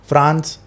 France